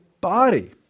body